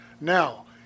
Now